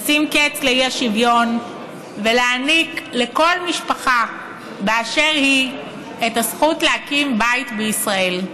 לשים קץ לאי-שוויון ולהעניק לכל משפחה באשר היא זכות להקים בית בישראל.